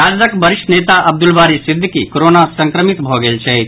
राजदक वरिष्ठ नेता अब्दुल बारी सिद्दिकी कोरोना संक्रमित भऽ गेल छथि